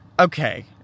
okay